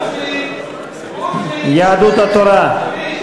בוז'י, בוז'י.